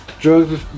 Drugs